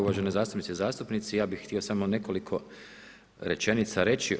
Uvažene zastupnice i zastupnici, ja bih htio samo nekoliko rečenica reći.